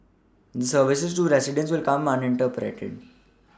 services to residents will command